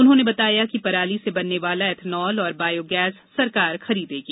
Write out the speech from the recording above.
उन्होंने बताया कि पराली से बनने वाला एथेनॉल और बायो गैस सरकार खरीदेगी